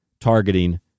targeting